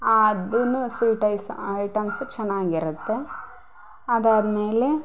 ಅದು sweet ice items ಚೆನ್ನಾಗಿರುತ್ತೆ ಅದಾದ ಮೇಲೆ